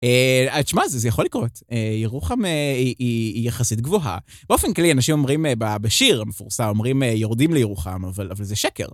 אה... אז... תשמע, זה יכול לקרות. אה... ירוחם היא יחסית גבוהה. באופן כללי, אנשים אומרים, בשיר המפורסם, אומרים "יורדים לירוחם", אבל זה שקר.